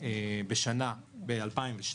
בשנה ב-2002,